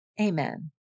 Amen